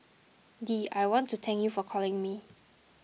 Dee I want to thank you for calling me